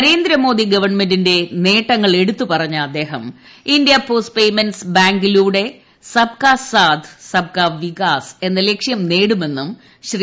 നരേന്ദ്രമോദി ഗവൺമെന്റിന്റെ നേട്ടങ്ങൾ എടുത്തു പറഞ്ഞ അദ്ദേഹം ഇന്ത്യാ പോസ്റ്റ് പേയ്മെന്റ് ബാങ്കിലൂടെ സബ്കാ സാത് സബ്കാ വികാസ് എന്ന ലക്ഷ്യം നേടുമെന്നും ശ്രീ